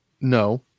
no